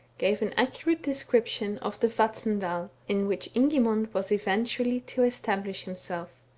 gave an accurate description of the vatnsdal, in which. ingimund was eventually to establish himself.